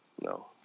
No